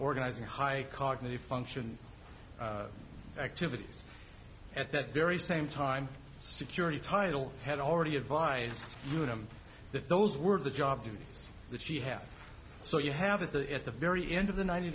organizing high cognitive functions activities at that very same time for security title had already advised them that those were the job duties that she had so you have at the at the very end of the ninety